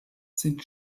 sind